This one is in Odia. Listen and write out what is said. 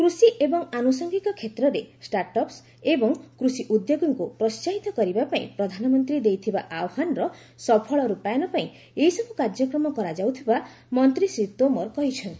କୃଷି ଏବଂ ଆନୁଷଙ୍ଗିକ କ୍ଷେତ୍ରରେ ଷ୍ଟାର୍ଟଅପ୍ସ୍ ଏବଂ କୃଷି ଉଦ୍ୟୋଗୀଙ୍କୁ ପ୍ରୋହାହିତ କରିବାପାଇଁ ପ୍ରଧାନମନ୍ତ୍ରୀ ଦେଇଥିବା ଆହ୍ୱାନର ସଫଳ ରୂପାୟନ ପାଇଁ ଏହିସବୁ କାର୍ଯ୍ୟକ୍ରମ କରାଯାଉଥିବା ମନ୍ତ୍ରୀ ଶ୍ରୀ ତୋମାର କହିଚ୍ଛନ୍ତି